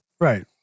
Right